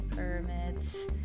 Permits